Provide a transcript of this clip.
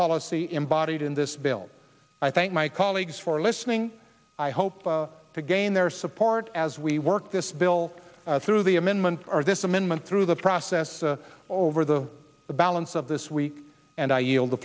policy embodied in this bill i thank my colleagues for listening i hope to gain their support as we work this bill through the amendment or this amendment through the process over the balance of this week and i yield the